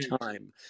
time